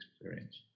experience